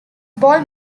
ball